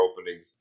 openings